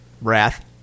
Wrath